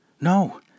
no